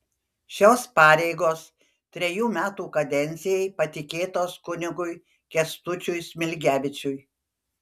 šios pareigos trejų metų kadencijai patikėtos kunigui kęstučiui smilgevičiui